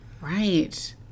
Right